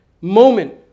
moment